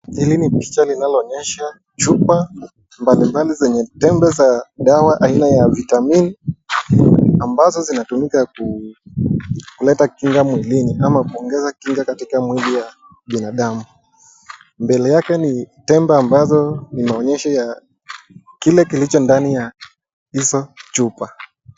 Hili ni picha linaloonyesha chupa mbalimbali zenye tembe za dawa aina ya vitamine ambazo zinatumika kuleta kinga mwilini ama kuongeza kinga katika mwili ya binadamu. Mbele yake ni tembe ambazo ni maonyesho ya kile kilicho ndani ya hizo chupa.